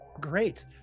Great